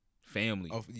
family